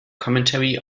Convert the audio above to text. commentary